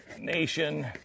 Nation